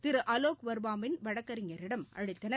திருஅலோக் வர்மா வின் வழக்கறிஞரிடம் அளித்தனர்